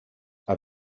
are